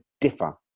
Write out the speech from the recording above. differ